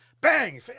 Bang